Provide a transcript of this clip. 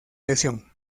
lesión